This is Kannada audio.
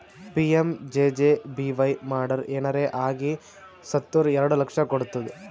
ಪಿ.ಎಮ್.ಜೆ.ಜೆ.ಬಿ.ವೈ ಮಾಡುರ್ ಏನರೆ ಆಗಿ ಸತ್ತುರ್ ಎರಡು ಲಕ್ಷ ಕೊಡ್ತುದ್